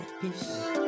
Peace